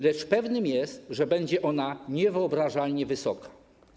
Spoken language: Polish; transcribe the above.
Lecz pewnym jest, że będzie ona niewyobrażalnie wysoka.